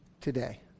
today